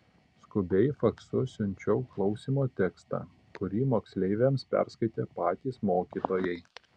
skubiai faksu siunčiau klausymo tekstą kurį moksleiviams perskaitė patys mokytojai